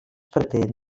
pretén